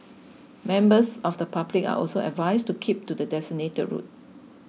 members of the public are also advised to keep to the designated route